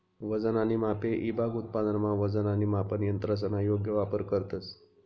वजन आणि मापे ईभाग उत्पादनमा वजन आणि मापन यंत्रसना योग्य वापर करतंस